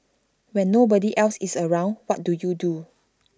when nobody else is around what do you do